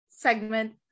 Segment